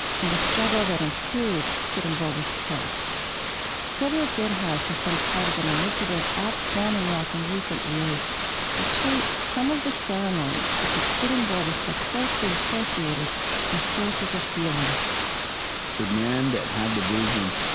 in the struggle that ensued, sitting bull was killed cedric good house has been part of an initiative at standing rock in recent years to shape some of the ceremonies with which sitting bull was so closely associated as sources of healing the man that had the vision,